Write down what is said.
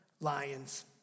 lions